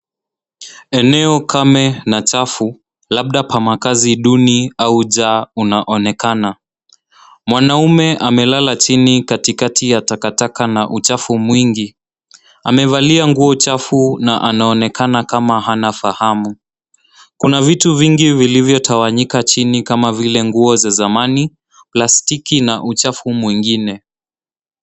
Eneo kame na chafu labda pa makazi duni au njaa unaonekana. Mwanaume amelala chini katikati ya takataka na uchafu mwingi. Amevalia nguo chafu na anaonekana kama hana fahamu. Kuna vitu vingi vilivyo tawanyika chini kama vile nguo za zamani, plastiki na uchafu mwingine.